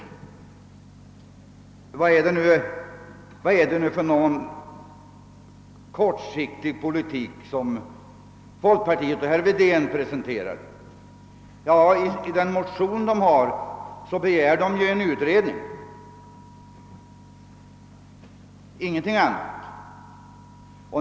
Vad är det för kortsiktig politik som folkpartiet och herr Wedén presenterar? I motionen begärs en utredning, ingenting annat.